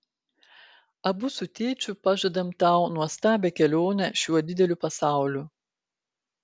abu su tėčiu pažadam tau nuostabią kelionę šiuo dideliu pasauliu